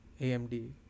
amd